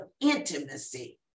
intimacy